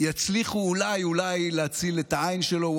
יצליחו אולי אולי להציל את העין שלו.